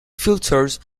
filters